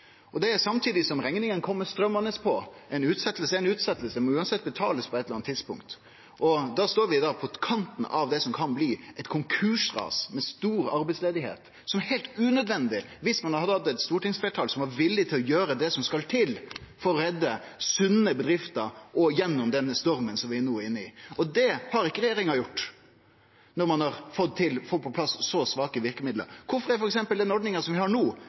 samtidig som rekningane kjem strøymande på. Ei utsetjing er ei utsetjing, ein må uansett betale på eitt eller anna tidspunkt. Da står vi på kanten av det som kan bli eit konkursras med stor arbeidsløyse, som ville vere heilt unødvendig dersom ein hadde hatt eit stortingsfleirtal som var villig til å gjere det som skal til for å redde sunne bedrifter gjennom stormen vi no er inne i. Det har ikkje regjeringa gjort når ein har fått på plass så svake verkemiddel. Kvifor er f.eks. den ordninga vi har no,